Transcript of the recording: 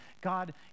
God